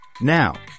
Now